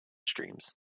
streams